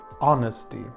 honesty